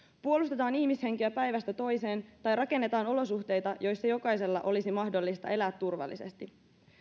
puolustetaan ihmishenkiä päivästä toiseen tai rakennetaan olosuhteita joissa jokaisella olisi mahdollista elää turvallisesti